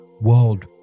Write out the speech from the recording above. world